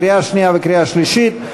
קריאה שנייה וקריאה שלישית.